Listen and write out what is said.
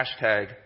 hashtag